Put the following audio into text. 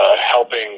helping